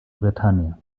bretagne